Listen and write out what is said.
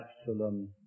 Absalom